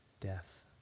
death